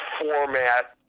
format